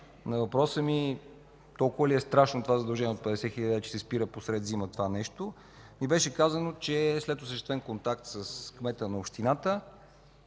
на въпроса ми – толкова ли е страшно това задължение от 50 хил. лв., че се спира посред зима газта? – ми беше казано, че след осъществен контакт с кмета на общината